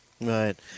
Right